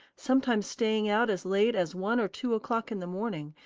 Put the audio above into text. sometimes staying out as late as one or two o'clock in the morning,